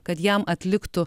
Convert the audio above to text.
kad jam atliktų